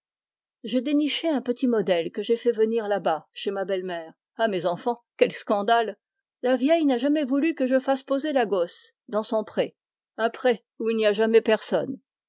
j'ai déniché un petit modèle que j'ai fait venir làbas chez ma belle-mère quel scandale la vieille n'a jamais voulu que je fasse poser la gosse dans son pré un pré où il n'y a jamais personne